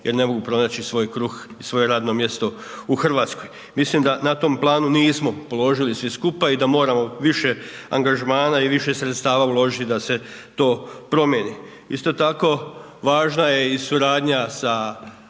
jer ne mogu pronaći svoj kruh i svoje radno mjesto u RH. Mislim da na tom planu nismo položili svi skupa i da moramo više angažmana i više sredstava uložiti da se to promijeni. Isto tako, važna je i suradnja sa